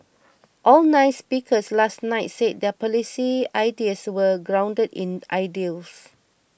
all nine speakers last night said their policy ideas were grounded in ideals